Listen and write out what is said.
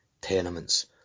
Tenements